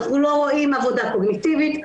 אנחנו לא רואים עבודה קוגניטיבית,